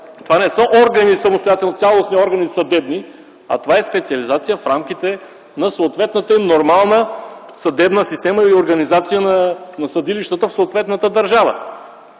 това не са самостоятелни цялостни съдебни органи, а това е специализация в рамките на съответната нормална съдебна система и организация на съдилищата в съответната държава.